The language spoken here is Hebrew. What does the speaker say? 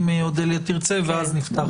אם אודליה תרצה ואז נפתח